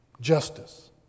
justice